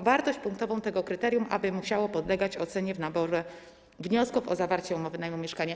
wartość punktową tego kryterium, aby mogło podlegać ocenie w naborze wniosków o zawarcie umowy najmu mieszkania.